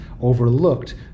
overlooked